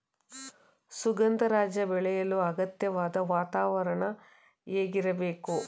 ಸುಗಂಧರಾಜ ಬೆಳೆಯಲು ಅಗತ್ಯವಾದ ವಾತಾವರಣ ಹೇಗಿರಬೇಕು?